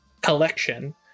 collection